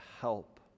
help